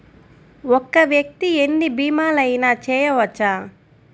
ఒక్క వ్యక్తి ఎన్ని భీమలయినా చేయవచ్చా?